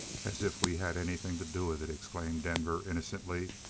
as if we had anything to do with it! exclaimed denver innocently.